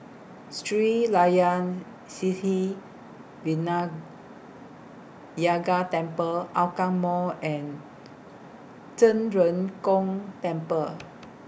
Sri Layan Sithi Vinayagar Temple Hougang Mall and Zhen Ren Gong Temple